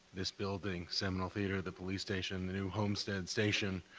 this building, seminole theatre, the police station, the new homestead station,